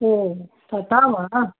ओ तथा वा